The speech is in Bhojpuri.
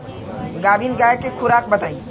गाभिन गाय के खुराक बताई?